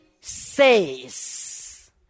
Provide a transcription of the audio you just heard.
says